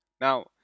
now